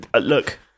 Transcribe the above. Look